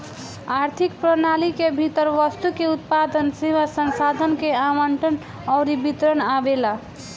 आर्थिक प्रणाली के भीतर वस्तु के उत्पादन, सेवा, संसाधन के आवंटन अउरी वितरण आवेला